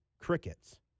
crickets